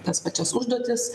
tas pačias užduotis